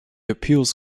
appeals